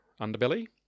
Underbelly